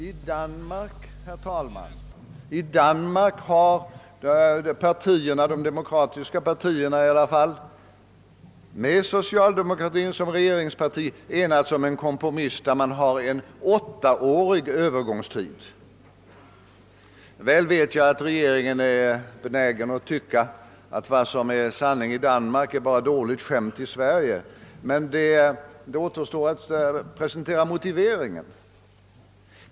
I Danmark, herr talman, har de demokratiska partierna med socialdemokratin som regeringsparti enats om en kompromiss med åttaårig övergångstid. Väl vet jag att regeringen är benägen att tycka att vad som är sanning i Danmark bara är dåligt skämt i Sverige, men det återstår att presentera motiveringen.